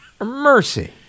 Mercy